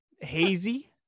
Hazy